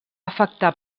afectar